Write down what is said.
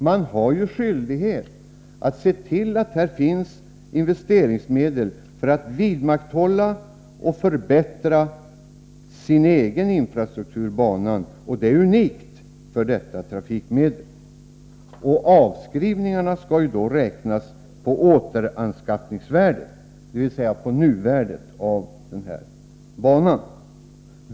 Man har ju skyldighet att se till att det finns investeringsmedel för att vidmakthålla och förbättra sin egen infrastruktur, banan, och det är unikt för detta trafikmedel. Avskrivningarna skall då räknas på återanskaffningsvärdet, dvs. på nuvärdet av banan.